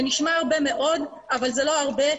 זה נשמע הרבה מאוד אבל זה לא הרבה.